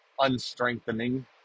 unstrengthening